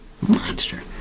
Monster